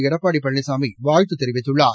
எடப்பாடி பழனிசாமி வாழ்த்து தெரிவித்துள்ளார்